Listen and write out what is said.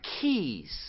keys